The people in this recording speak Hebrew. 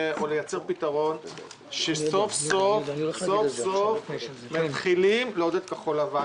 או לייצר פתרון שסוף-סוף יתחילו לעודד כחול-לבן.